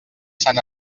sant